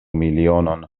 milionon